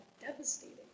devastating